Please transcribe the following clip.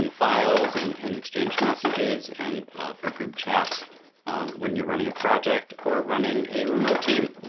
and files and and exchange messages and for group chat when you're running a project or running a remote team,